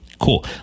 Cool